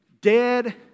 dead